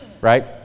Right